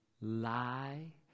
lie